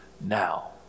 now